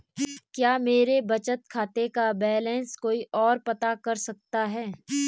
क्या मेरे बचत खाते का बैलेंस कोई ओर पता कर सकता है?